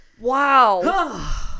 Wow